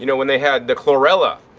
you know when they had the chlorella,